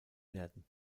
werden